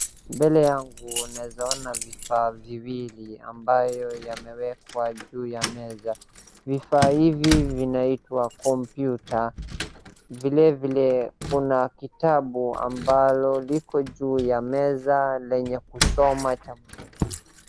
Mbele yangu naeza ona vifaa viwili ambavyo vimewekwa juu ya meza. Vifaa hivi vinaitwa kompyuta. Vilevile kuna kitabu ambacho kiko juu ya meza chenye kusoma.